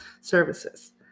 services